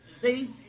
See